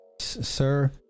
Sir